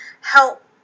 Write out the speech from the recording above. help